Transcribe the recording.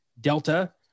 Delta